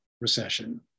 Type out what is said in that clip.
recession